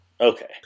Okay